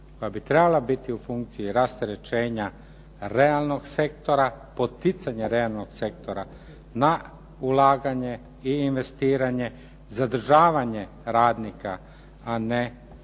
koja bi trebala biti u funkciji rasterećenja realnog sektora, poticanja realnog sektora na ulaganje i investiranje, zadržavanje radnika a ne